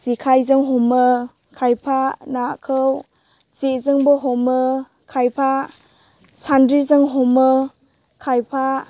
जेखायजों हमो खायफा नाखौ जेजोंबो हमो खायफा सान्द्रिजों हमो खायफा